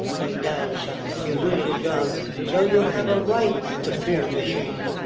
they downsize. you loose your job so you have a right to fear machines.